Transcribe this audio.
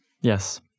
Yes